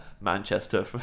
Manchester